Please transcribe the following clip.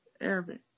Arabic